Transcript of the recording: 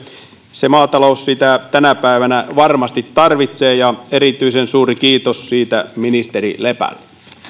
se maatalous sitä tänä päivänä varmasti tarvitsee ja erityisen suuri kiitos siitä ministeri lepälle